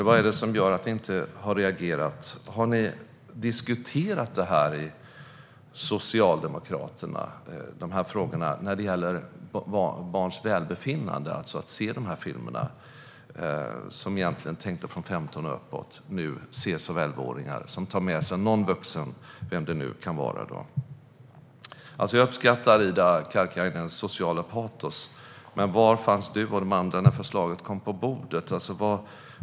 Vad är det som gör att ni inte har reagerat? Har ni i Socialdemokraterna diskuterat barns välbefinnande när elvaåringar ser filmer som egentligen är tänkta från femton år och uppåt i sällskap av någon vuxen - vem det nu kan vara? Jag uppskattar Ida Karkiainens sociala patos, men var fanns du och de andra när förslaget kom på bordet?